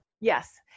Yes